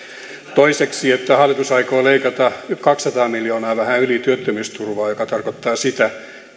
toiseksi hallitus aikoo leikata vähän yli kaksisataa miljoonaa työttömyysturvasta mikä tarkoittaa sitä että